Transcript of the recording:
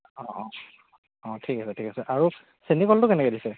অঁ অঁ অঁ ঠিক আছে ঠিক আছে আৰু চেনি কলটো কেনেকৈ দিছে